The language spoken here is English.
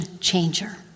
changer